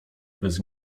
bez